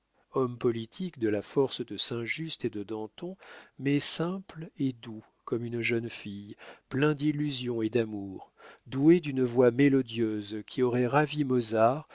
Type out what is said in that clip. homme politique de la force de saint-just et de danton mais simple et doux comme une jeune fille plein d'illusions et d'amour doué d'une voix mélodieuse qui aurait ravi mozart